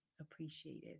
appreciated